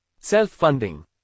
Self-funding